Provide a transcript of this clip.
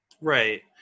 Right